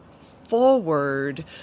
forward